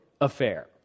affair